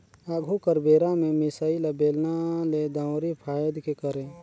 आघु कर बेरा में मिसाई ल बेलना ले, दंउरी फांएद के करे